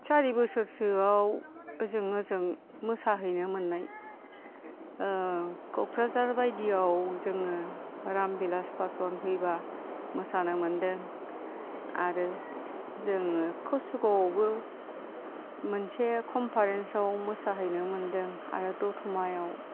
सारि बोसोरसोआव ओजों ओजों मोसा हैनो मोननाय कक्राझार बायदियाव जोङो रामभिलास पासवान फैब्ला मोसानो मोन्दों आरो जोङो कचुगावआवबो मोनसे कनपारेन्स आव मोसाहैनो मोन्दों आरो दतमायाव